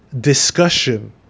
discussion